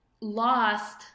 lost